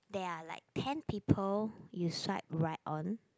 there are like ten people you swipe right on